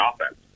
offense